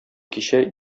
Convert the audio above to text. кичә